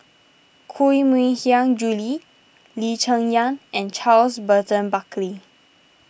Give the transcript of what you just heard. Koh Mui Hiang Julie Lee Cheng Yan and Charles Burton Buckley